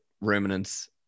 ruminants